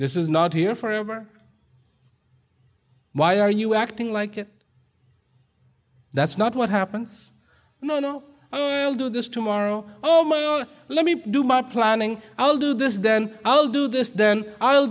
this is not here forever why are you acting like it that's not what happens no no do this tomorrow oh me let me do my planning i'll do this then i'll do this then i'll